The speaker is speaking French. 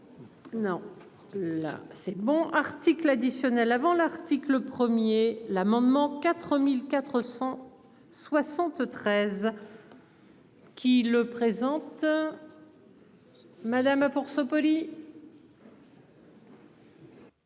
Non là. C'est bon article additionnel avant l'article 1er, l'amendement 4473. Qui le présente. Madame pour ce.